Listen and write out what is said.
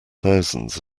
thousands